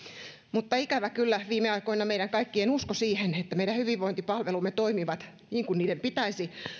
mutta ikävä kyllä viime aikoina meidän kaikkien usko siihen että meidän hyvinvointipalvelumme toimivat niin kuin niiden pitäisi